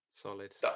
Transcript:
Solid